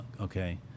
okay